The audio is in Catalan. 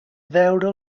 veure